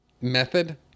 method